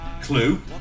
clue